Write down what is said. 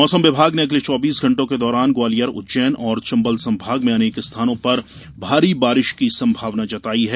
मौसम विभाग ने अगले चौबीस घंटो के दौरान ग्वालियर उज्जैन और चंबल संभाग में अनेक स्थानों पर भारी बारिश की संभावना जताई है